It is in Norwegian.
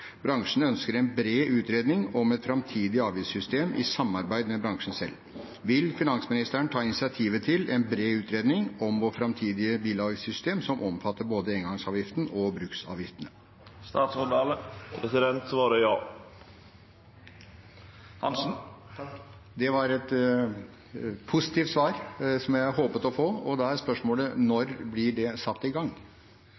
Bransjen ønsker en bred utredning om det framtidige avgiftssystemet i samarbeid med bransjen selv. Vil statsråden ta initiativ til en bred utredning om vårt framtidige bilavgiftssystem som omfatter både engangsavgiften og bruksavgiftene?» Svaret er ja. Det var et positivt svar, som jeg håpet å få. Da er spørsmålet: